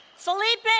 felipe and